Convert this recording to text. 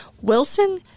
Wilson